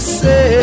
say